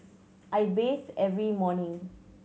I bathe every morning